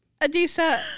Adisa